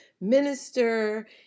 minister